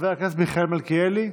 חבר הכנסת מיכאל מלכיאלי,